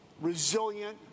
resilient